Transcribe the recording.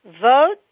vote